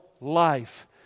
life